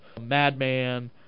Madman